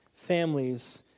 families